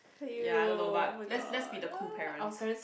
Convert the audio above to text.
ya I don't know but let's let's be the cool parents